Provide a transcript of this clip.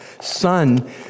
son